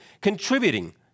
contributing